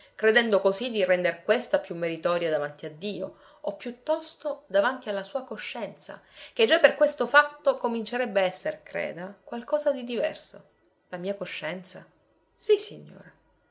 credendo così di render questa più meritoria davanti a dio o piuttosto davanti alla sua coscienza che già per questo fatto comincerebbe a essere creda qualcosa di diverso la mia coscienza sì signora